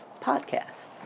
podcast